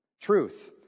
Truth